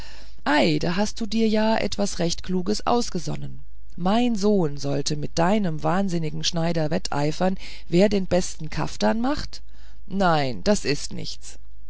ei da hast du ja etwas recht kluges ausgesonnen mein sohn sollte mit deinem wahnsinnigen schneider wetteifern wer den besten kaftan macht nein das ist nichts